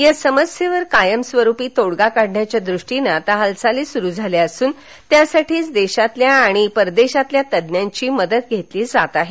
या समस्येवर कायम स्वरूपी तोडगा काढण्याच्या दृष्टीनं आता हालचाली सुरू झाल्या असून त्यासाठीच देशातील आणि विदेशी तज्ञांची मदत घेतली जात आहे